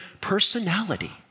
personality